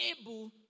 able